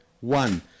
one